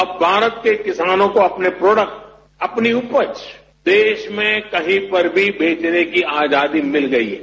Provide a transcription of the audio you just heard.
अब भारत के किसानों को अपने प्रांडक्ट अपनी उपज देश में कहीं पर भी बेचने की आजादी मिल गई है